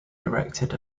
erected